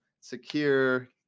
secure